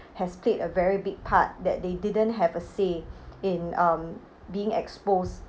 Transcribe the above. has played a very big part that they didn't have a say in um being exposed